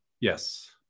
Yes